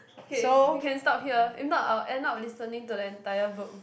okay we can stop here if not I'll end up listening to the entire book